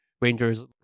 Rangers